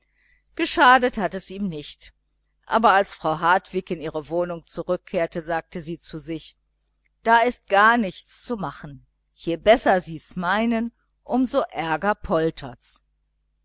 geschadet hat es ihm nichts aber als frau hartwig in ihre wohnung zurückkehrte sagte sie zu sich da ist gar nichts zu machen je besser sie's meinen um so ärger poltert's